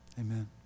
Amen